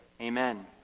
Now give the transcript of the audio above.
amen